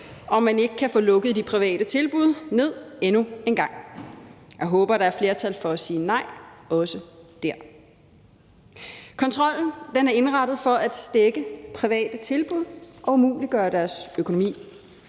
om man ikke kan få lukket de private tilbud ned endnu en gang. Jeg håber, at der er flertal for at sige nej også der. Kontrollen er indrettet for at stække private tilbud og umuliggøre deres økonomi.